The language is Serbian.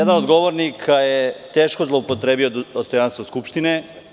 Jedan od govornika je teško zloupotrebio dostojanstvo Narodne skupštine.